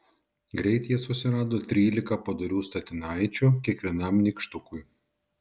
greit jie susirado trylika padorių statinaičių kiekvienam nykštukui